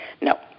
No